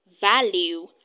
value